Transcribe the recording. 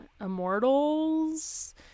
Immortals